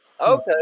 Okay